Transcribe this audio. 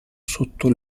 sotto